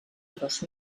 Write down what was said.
dos